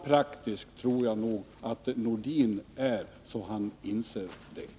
Jag tror att Sven-Erik Nordin är så praktisk att han inser detta.